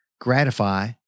gratify